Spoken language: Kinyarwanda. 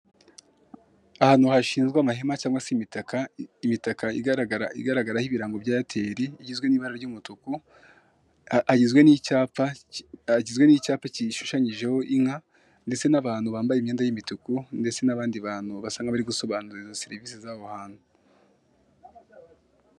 Ahantu hashinzwe amahema cyangwa imitaka igaragaraho ibirango bya eyateri igizwe n'ibara ry'umutuku, agizwe n'icyapa gishushanyijeho inka ndetse n'abantu bambaye imyenda y'umutuku ndetse n'abandi bantu basa nk'abari gusobanuza serivise zaho hantu.